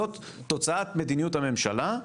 זאת תוצאת מדיניות הממשלה,